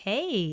Hey